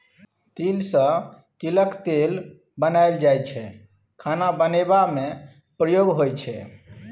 तिल सँ तिलक तेल बनाएल जाइ छै खाना बनेबा मे प्रयोग होइ छै